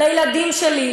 לילדים שלי,